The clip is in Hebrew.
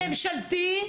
זה ממשלתי,